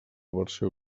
versió